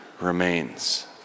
remains